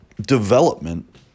development